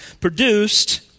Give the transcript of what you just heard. produced